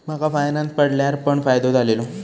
माका फायनांस पडल्यार पण फायदो झालेलो